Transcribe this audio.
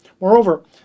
Moreover